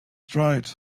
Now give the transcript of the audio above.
dried